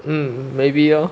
mm maybe lor